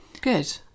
good